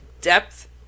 depth